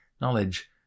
Knowledge